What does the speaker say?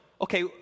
okay